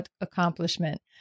accomplishment